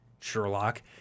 Sherlock